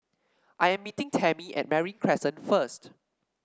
I am meeting Tammy at Marine Crescent first